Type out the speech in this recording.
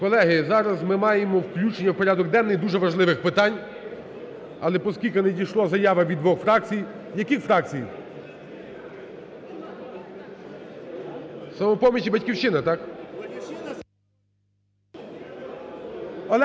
Колеги, зараз ми маємо включення в порядок денний дуже важливих питань. Але, оскільки надійшла заява від двох фракцій… Яких фракцій? "Самопоміч" і "Батьківщина", так?